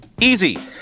Easy